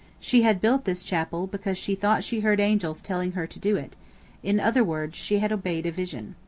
she had built this chapel because she thought she heard angels telling her to do it in other words she had obeyed a vision.